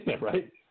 right